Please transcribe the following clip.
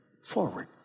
Forward